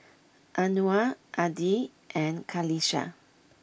Anuar Adi and Qalisha